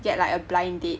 get like a blind date